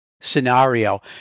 scenario